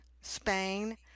Spain